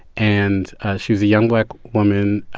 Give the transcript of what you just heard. and she was a young black woman.